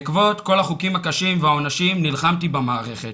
בעקבות כל החוקים הקשים והעונשים, נלחמתי במערכת